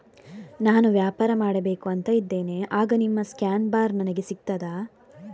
ನಾನು ವ್ಯಾಪಾರ ಮಾಡಬೇಕು ಅಂತ ಇದ್ದೇನೆ, ಆಗ ನಿಮ್ಮ ಸ್ಕ್ಯಾನ್ ಬಾರ್ ನನಗೆ ಸಿಗ್ತದಾ?